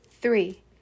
Three